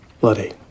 bloody